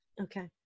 okay